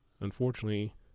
unfortunately